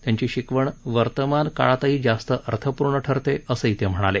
त्यांची शिकवण वर्तमान काळातही जास्त अर्थपूर्ण ठरते असं ही ते म्हणाले